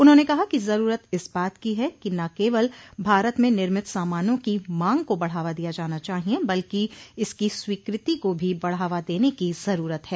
उन्होंने कहा कि जरूरत इस बात की है कि न केवल भारत में निर्मित सामानों की मांग को बढ़ावा दिया जाना चाहिए बल्कि इसकी स्वीकृति को भी बढ़ावा देने की जरूरत है